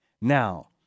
Now